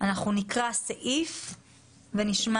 נקרא סעיף ונשמע